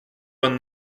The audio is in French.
vingt